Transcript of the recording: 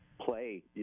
play